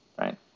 Right